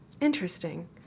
Interesting